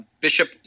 bishop